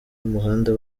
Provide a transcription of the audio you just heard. y’umuhanda